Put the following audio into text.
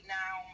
now